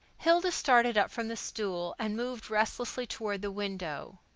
hilda started up from the stool and moved restlessly toward the window.